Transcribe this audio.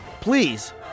please